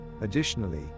Additionally